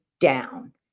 down